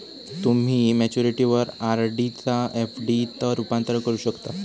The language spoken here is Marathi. तुम्ही मॅच्युरिटीवर आर.डी चा एफ.डी त रूपांतर करू शकता